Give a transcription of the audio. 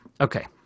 okay